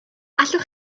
allwch